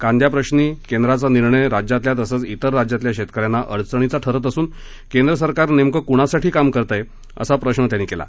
कांदा प्रश्नी केंद्राचा निर्णय राज्यातल्या तसंच इतर राज्यातल्या शेतकऱ्यांना अडचणीचा ठरत असून केंद्रसरकार नेमकं कुणासाठी काम करतंय असा सवाल त्यांनी केला